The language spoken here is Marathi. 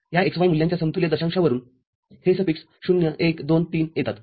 या x y मूल्यांच्या समतुल्य दशांशावरून हे सफीक्स ०१२३ येतात